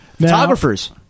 Photographers